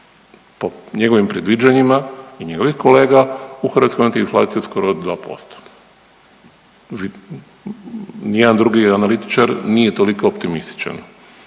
po njegovim predviđanjima i njegovih kolega u Hrvatskoj imati inflaciju skoro 2%. Ni jedan drugi analitičar nije toliko optimističan.